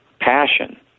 passion